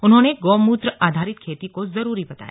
उन्होंने गोमूत्र आधारित खेती को जरूरी बताया